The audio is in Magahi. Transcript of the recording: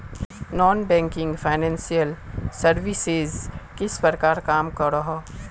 नॉन बैंकिंग फाइनेंशियल सर्विसेज किस प्रकार काम करोहो?